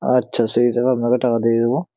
আচ্ছা সেই হিসাবে আপনাকে টাকা দিয়ে দেব